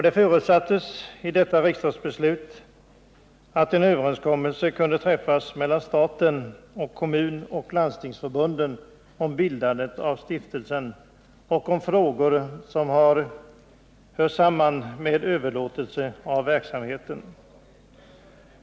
Det förutsattes i detta riksdagsbeslut att en överenskommelse kunde träffas mellan staten och kommunoch landstingsförbunden om bildandet av stiftelser och om frågor som hör samman med överlåtelse av verksamheten.